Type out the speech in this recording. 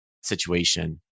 situation